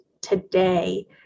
today